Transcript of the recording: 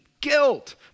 guilt